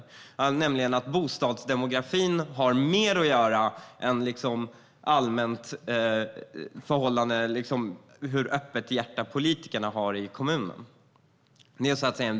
Det handlar nämligen om att bostadsdemografin påverkar detta mer än hur öppet hjärta politikerna allmänt har i kommunen. Det är en viktigare faktor.